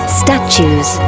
statues